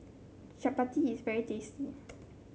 Chapati is very tasty